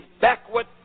backward